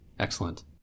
excellent